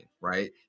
right